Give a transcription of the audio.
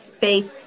faith